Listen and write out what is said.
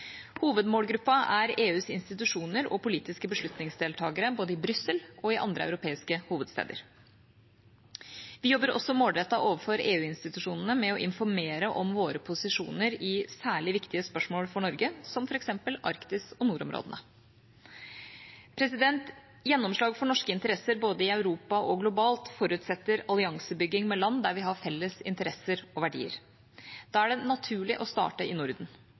er EUs institusjoner og politiske beslutningstakere både i Brussel og øvrige EU-hovedsteder. Vi jobber også målrettet overfor EU-institusjonene med å informere om våre posisjoner i særlig viktige spørsmål for Norge, som f.eks. Arktis og nordområdene. Gjennomslag for norske interesser både i Europa og globalt forutsetter alliansebygging med land der vi har felles interesser og verdier. Da er det naturlig å starte i Norden.